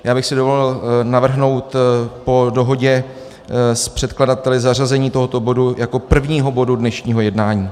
Já bych si dovolil navrhnout po dohodě s předkladateli zařazení tohoto bodu jako prvního bodu dnešního jednání.